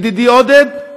ידידי עודד,